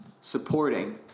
supporting